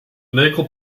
nagel